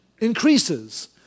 increases